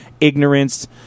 ignorance